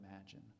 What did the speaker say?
imagine